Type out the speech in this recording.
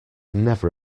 never